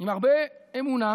עם הרבה אמונה,